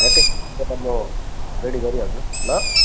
ठ्याक्कै तिमीहरूलाई म रेडी गरिहाल्छु ल